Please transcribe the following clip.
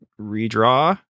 redraw